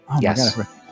Yes